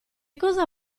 cosa